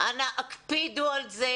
אנא הקפידו על זה